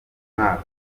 mwaka